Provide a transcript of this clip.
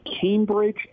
Cambridge